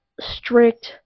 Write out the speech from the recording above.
strict